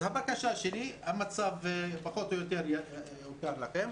המצב פחות או יותר מוכר לכם.